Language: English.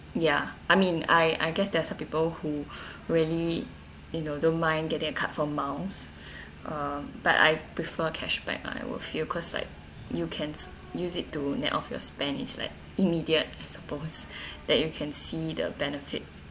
ya I mean I I guess there's some people who really you know don't mind getting a card for miles um but I prefer cash back lah I would feel cause like you can use it to net of your spend it's like immediate I suppose that you can see the benefits